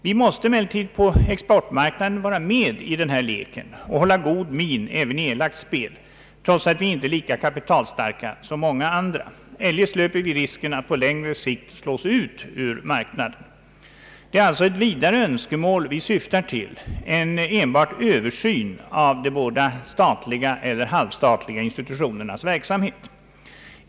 Vi måste emellertid på exportmarknaden vara med i leken och hålla god min även i elakt spel trots ati vi inte är lika kapitalstarka som många andra. Eljest löper vi risken att på längre sikt slås ut ur marknaden. Vi syftar alltså vidare än till enbart översyn av de båda statliga eller halvstatliga institutionernas verksamhet.